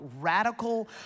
radical